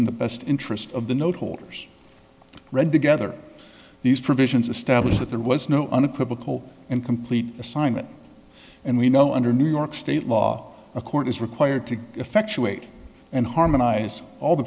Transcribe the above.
in the best interest of the note holders read together these provisions establish that there was no unequivocal and complete assignments and we know under new york state law a court is required to effectuate and harmonize all the